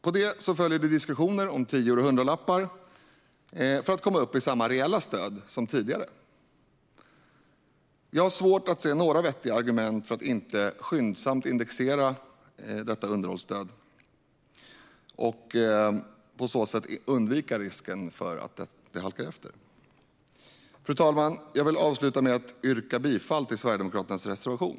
På det följer det diskussioner om tior och hundralappar för att man ska komma upp i samma reella stöd som tidigare. Jag har svårt att se några vettiga argument för att inte skyndsamt indexera underhållsstödet och på så sätt undvika risken för att det halkar efter. Fru talman! Jag vill avsluta med att yrka bifall till Sverigedemokraternas reservation.